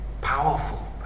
powerful